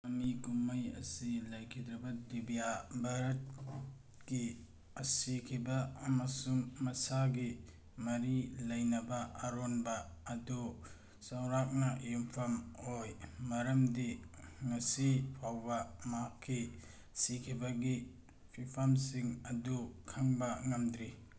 ꯃꯃꯤ ꯀꯨꯝꯍꯩ ꯑꯁꯤ ꯂꯩꯈꯤꯗ꯭ꯔꯕ ꯗꯤꯕꯤꯌꯥ ꯚꯥꯔꯠꯀꯤ ꯁꯤꯈꯤꯕ ꯑꯃꯁꯨꯡ ꯃꯁꯥꯒꯤ ꯃꯔꯤ ꯂꯩꯅꯕ ꯑꯔꯣꯟꯕ ꯑꯗꯨ ꯆꯥꯎꯔꯥꯛꯅ ꯌꯨꯝꯐꯝ ꯑꯣꯏ ꯃꯔꯝꯗꯤ ꯉꯁꯤ ꯐꯥꯎꯕ ꯃꯍꯥꯛꯀꯤ ꯁꯤꯈꯤꯕꯒꯤ ꯐꯤꯕꯝꯁꯤꯡ ꯑꯗꯨ ꯈꯪꯕ ꯉꯝꯗ꯭ꯔꯤ